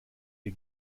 ihr